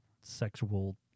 sexual